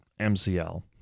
MCL